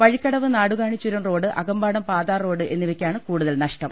വഴിക്കടവ് നാടുകാണി ചുരം road Akampadam Pathar road എന്നിവയ്ക്കാണ് കൂടു തൽ നഷ്ടം